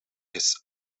his